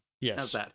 Yes